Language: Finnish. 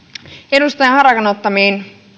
edustaja harakan ottamiin